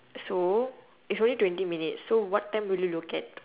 so it's only twenty minutes so what time will you look at